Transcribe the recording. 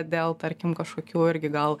dėl tarkim kažkokių irgi gal